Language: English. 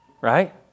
right